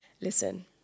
Listen